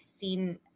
seen